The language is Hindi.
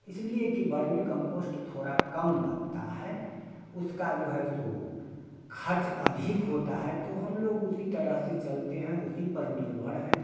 इसलिए की बर्मीकंपोस्ट थोड़ा कम बनता है उसका जो है सो खर्च अधिक होता है तो हम लोग उसी तरह से चलते हैं उसी पर निर्भर हैं